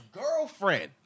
girlfriend